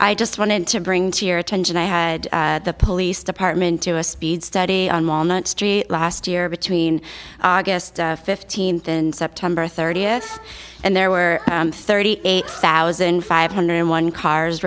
i just wanted to bring to your attention i had the police department to a speed study on walnut street last year between august fifteenth and september thirtieth and there were thirty eight thousand five hundred and one cars